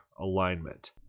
alignment